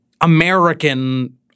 American